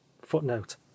footnote